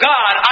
God